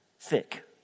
thick